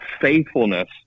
faithfulness